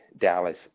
Dallas